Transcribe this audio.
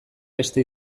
beste